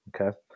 okay